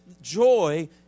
joy